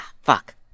Fuck